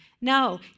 no